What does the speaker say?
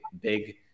big